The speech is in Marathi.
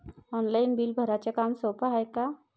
ऑनलाईन बिल भराच काम सोपं हाय का?